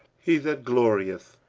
he that glorieth,